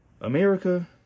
america